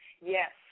Yes